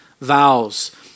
vows